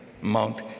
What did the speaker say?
Mount